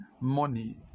money